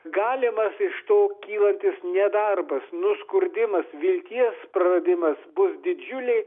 galimas iš to kylantis nedarbas nuskurdimas vilties praradimas bus didžiulė